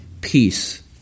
peace